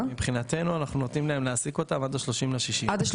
מבחינתנו אנחנו נותנים להם להעסיק אותם עד ה-30 ליוני.